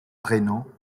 prénom